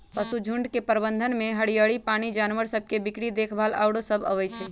पशुझुण्ड के प्रबंधन में हरियरी, पानी, जानवर सभ के बीक्री देखभाल आउरो सभ अबइ छै